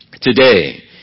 today